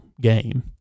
game